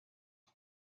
dda